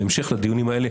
בהמשך לדיונים האלה,